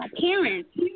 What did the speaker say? parents